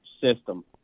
system